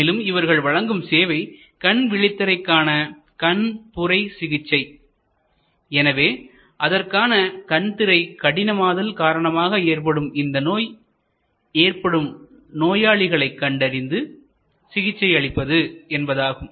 மேலும் இவர்கள் வழங்கும் சேவை கண் விழித்திரை காண கண்புரை சிகிச்சை எனவே அதற்கான கண் திரை கடினமாதல் காரணமாக ஏற்படும் இந்த நோய் ஏற்படும் நோயாளிகளை கண்டறிந்து சிகிச்சை அளிப்பது என்பதாகும்